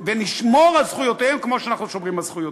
ונשמור על זכויותיהם כמו שאנחנו שומרים על זכויותינו.